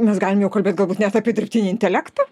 mes galim jau kalbėt galbūt net apie dirbtinį intelektą